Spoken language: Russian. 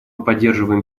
поддерживаем